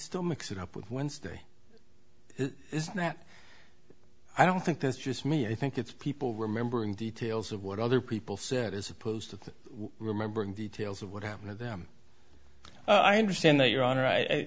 still mix it up with wednesday it isn't that i don't think that's just me i think it's people remembering details of what other people said as opposed to remembering details of what happened to them i understand that your hon